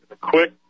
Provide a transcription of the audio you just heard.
Quick